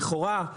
לכאורה,